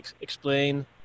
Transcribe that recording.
explain